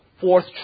fourth